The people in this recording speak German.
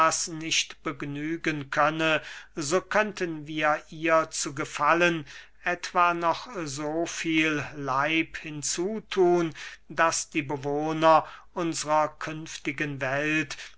nicht begnügen könne so könnten wir ihr zu gefallen etwa noch so viel leib hinzuthun daß die bewohner unsrer künftigen welt